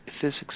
physics